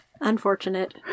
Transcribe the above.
Unfortunate